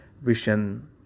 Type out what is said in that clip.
vision